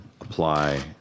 apply